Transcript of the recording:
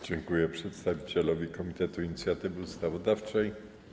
Dziękuję przedstawicielowi Komitetu Inicjatywy Ustawodawczej.